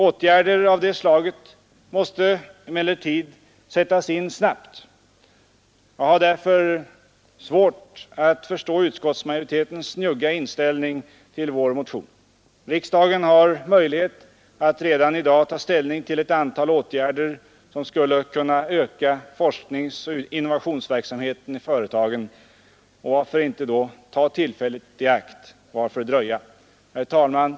Åtgärder av det slaget måste emellertid sättas in snabbt. Jag har därför svårt att förstå utskottsmajoritetens njugga inställning till vår motion. Riksdagen har möjlighet att redan i dag ta ställning till ett antal åtgärder som skulle kunna öka forskningsoch innovationsverksamheten i företagen. Varför inte då ta tillfället i akt, varför dröja? Herr talman!